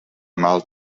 mal